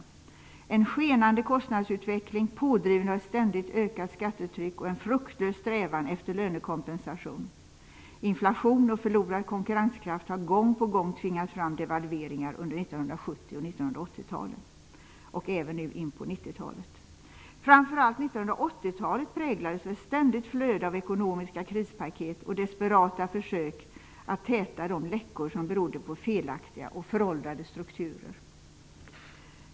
Det har varit en skenande kostnadsutveckling, pådriven av ett ständigt ökat skattetryck och en fruktlös strävan efter lönekompensation; inflation och förlorad konkurrenskraft har gång på gång tvingat fram devalveringar under 1970 och 1980-talen, och även nu in på 1990-talet. Framför allt 1980-talet präglades av ett ständigt flöde av ekonomiska krispaket och desperata försök att täta de läckor som berodde på felaktiga och föråldrade strukturer.